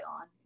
on